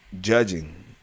judging